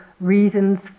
reasons